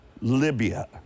Libya